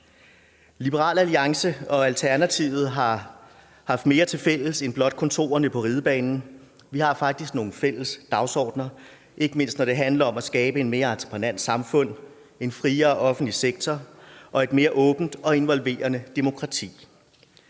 Liberal Alliance og Alternativet har haft mere tilfælles end blot kontorerne på Ridebanen. Vi har faktisk nogle fælles dagsordener, ikke mindst når det handler om at skabe et mere entreprenant samfund, en friere offentlig sektor og et mere åbent og involverende demokrati.